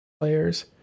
players